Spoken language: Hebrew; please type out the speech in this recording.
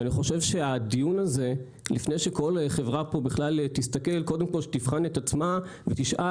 אני חושב שחשוב שכל חברה תבחן את עצמה ותשאל